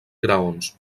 graons